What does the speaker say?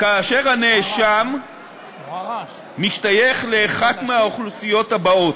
כאשר הנאשם משתייך לאחת מהאוכלוסיות הבאות,